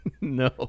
No